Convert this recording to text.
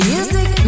Music